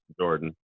Jordan